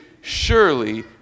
surely